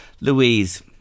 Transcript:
Louise